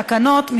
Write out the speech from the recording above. תקנות,